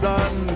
sun